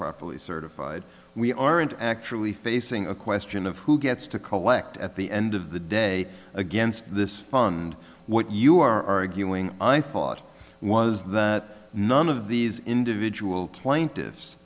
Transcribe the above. properly certified we aren't actually facing a question of who gets to collect at the end of the day against this fund what you are arguing i thought was the none of these individual plaintiffs